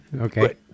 Okay